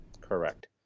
Correct